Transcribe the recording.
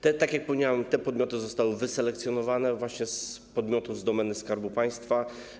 Tak jak powiedziałem, te podmioty zostały wyselekcjonowane z podmiotów z domeny Skarbu Państwa.